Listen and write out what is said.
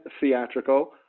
theatrical